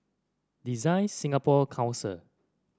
Design Singapore Council